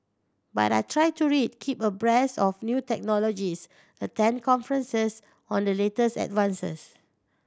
but I try to read keep abreast of new technologies attend conferences on the latest advances